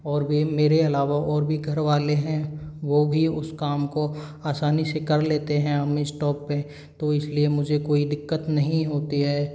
और भी मेरे अलावा और भी घर वाले है वो भी उस काम को आसानी से कर लेते है हम स्टॉव पे तो इसलिए मुझे कोई दिक्कत नहीं होती है